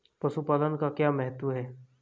पशुपालन का क्या महत्व है?